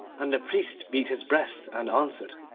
and the priest beat his breast, and answered,